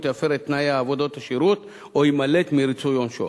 יפר את תנאי עבודות השירות או יימלט מריצוי עונשו.